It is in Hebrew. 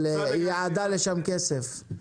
אבל הוא ייעד לשם כסף.